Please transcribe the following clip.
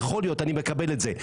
יכול להיות, אני מקבל את זה.